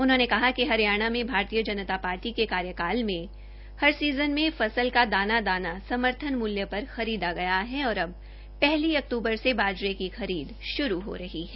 उन्होंने कहा कि हरियाणा में बीजेपी के कार्यकाल में हर मौसम में फसल का दाना दाना समर्थ्न मूल्य पर खरीदा गया है और अब पहली अक्तूबर से बाजरे की खरीद शुरू हो रही है